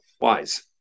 wise